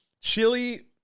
Chili